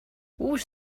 uus